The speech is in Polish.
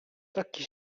taki